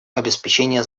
обеспечения